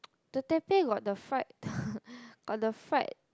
the Teppei got the fried got the fried